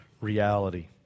reality